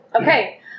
Okay